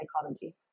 psychology